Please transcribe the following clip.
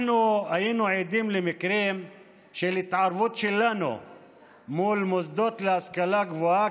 אנחנו היינו עדים למקרים של התערבות שלנו מול מוסדות להשכלה גבוהה,